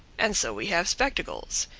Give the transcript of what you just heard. and so we have spectacles.